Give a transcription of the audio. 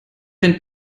den